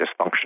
dysfunction